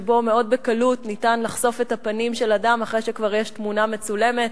שבו מאוד בקלות אפשר לחשוף את הפנים של אדם אחרי שכבר יש תמונה מצולמת,